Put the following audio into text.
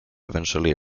eventually